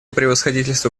превосходительство